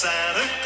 Santa